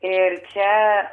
ir čia